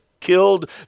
killed